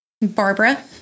Barbara